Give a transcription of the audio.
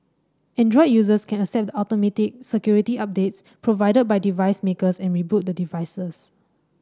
Android users can accept the automatic security updates provided by device makers and reboot the devices